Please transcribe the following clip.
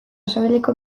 sabeleko